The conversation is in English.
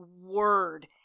word